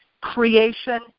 creation